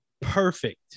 perfect